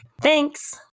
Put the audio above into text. Thanks